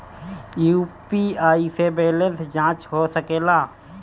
UPI से balance जाँच हो सके ला?